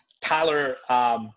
Tyler